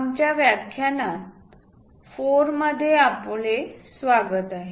आमच्या व्याख्यान 4 मध्ये आपले स्वागत आहे